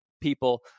people